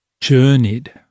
journeyed